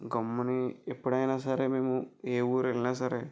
గమ్ముని ఎప్పుడైనా సరే మేము ఏ ఊరు వెళ్ళినా సరే